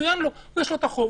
יש לו החוב,